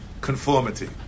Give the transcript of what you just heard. conformity